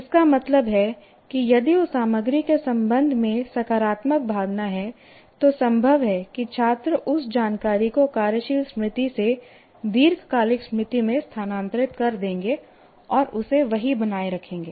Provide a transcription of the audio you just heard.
इसका मतलब है कि यदि उस सामग्री के संबंध में सकारात्मक भावना है तो संभव है कि छात्र उस जानकारी को कार्यशील स्मृति से दीर्घकालिक स्मृति में स्थानांतरित कर देंगे और उसे वहीं बनाए रखेंगे